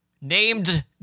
named